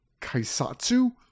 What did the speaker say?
kaisatsu